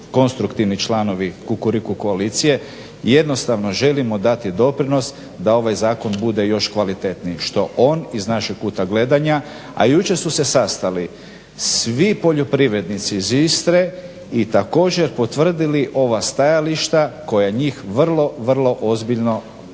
konstruktivni članovi Kukuriku koalicije, jednostavno želimo dati doprinos da ovaj zakon bude još kvalitetniji što on iz našeg kuta gledanja, a jučer su se sastali svi poljoprivrednici iz Istre i također potvrdili ova stajališta koja njih vrlo, vrlo ozbiljno zabrinjavaju.